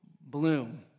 bloom